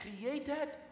created